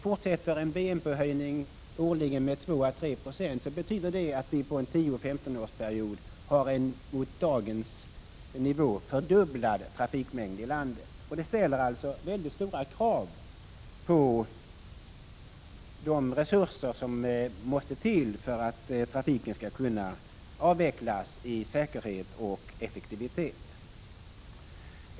Fortsätter BNP-höjningen med 2 å 3 96 per år, betyder det att vi på en 10-15-årsperiod har en gentemot dagens nivå fördubblad trafikmängd i landet. Det ställer väldigt stora krav på de resurser som måste till för att trafiken skall kunna klaras säkert och effektivt.